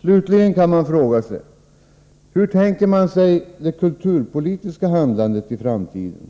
Slutligen: Hur tänker man sig det kulturpolitiska handlandet i framtiden?